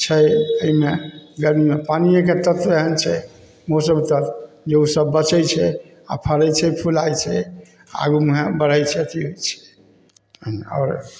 छै एहिमे गरमीमे पानिएके तत्व एहन छै मौसम तत्व जे ओसब बचै छै आओर फड़ै छै फुलाइ छै आगू माहे बढ़ै छथि ई आओर